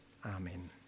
Amen